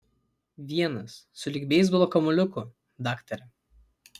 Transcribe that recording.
vienas sulig beisbolo kamuoliuku daktare